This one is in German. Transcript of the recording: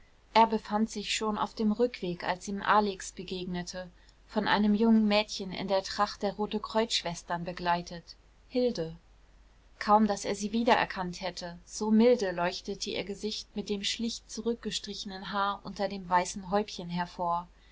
er befand sich schon auf dem rückweg als ihm alex begegnete von einem jungen mädchen in der tracht der rotekreuz schwestern begleitet hilde kaum daß er sie wiedererkannt hätte so milde leuchtete ihr gesicht mit dem schlicht zurückgestrichenen haar unter dem weißen häubchen hervor